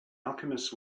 alchemist